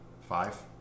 Five